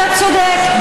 אתה צודק,